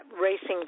racing